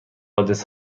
آدرس